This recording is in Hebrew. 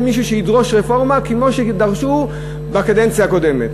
אין מישהו שידרוש רפורמה כמו שדרשו בקדנציה הקודמת.